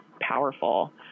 powerful